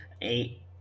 Eight